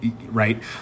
Right